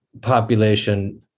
population